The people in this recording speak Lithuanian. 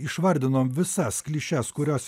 išvardinom visas klišes kurios